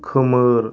खोमोर